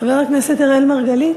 חבר הכנסת אראל מרגלית,